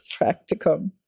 practicum